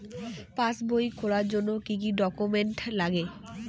পাসবই খোলার জন্য কি কি ডকুমেন্টস লাগে?